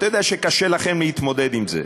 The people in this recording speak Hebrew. אתה יודע שקשה לכם להתמודד עם זה.